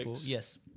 Yes